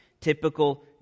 typical